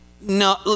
no